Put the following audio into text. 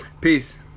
peace